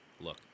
look